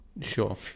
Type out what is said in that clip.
Sure